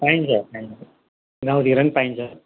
पाइन्छ पाइन्छ गाउँतिर नि पाइन्छ